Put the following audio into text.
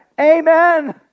Amen